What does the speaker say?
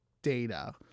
Data